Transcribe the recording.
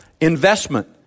investment